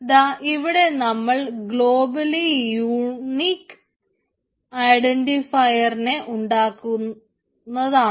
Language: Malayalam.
ദാ ഇവിടെ നമ്മൾക്ക് ഗ്ലോബലി യൂണിക് ഐഡന്റിഫയറിനെ ഉണ്ടാക്കാവുന്നതാണ്